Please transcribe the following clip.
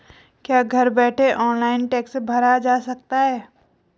क्या घर बैठे ऑनलाइन टैक्स भरा जा सकता है?